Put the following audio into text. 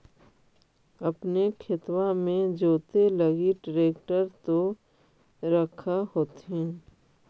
अपने खेतबा मे जोते लगी ट्रेक्टर तो रख होथिन?